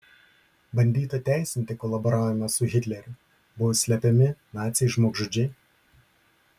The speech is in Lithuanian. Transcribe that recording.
bandyta teisinti kolaboravimą su hitleriu buvo slepiami naciai žmogžudžiai